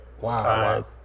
Wow